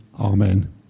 Amen